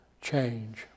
change